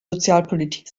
sozialpolitik